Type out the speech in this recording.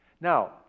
now